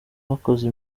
bakoze